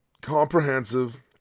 comprehensive